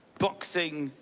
boxing,